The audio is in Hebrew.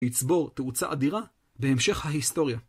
יצבור תאוצה אדירה בהמשך ההיסטוריה.